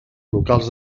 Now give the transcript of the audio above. locals